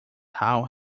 how